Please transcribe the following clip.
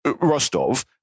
Rostov